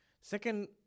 Second